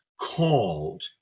called